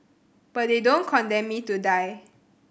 but they don't condemn me to die